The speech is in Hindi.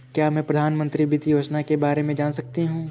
क्या मैं प्रधानमंत्री वित्त योजना के बारे में जान सकती हूँ?